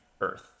Earth